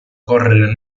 correre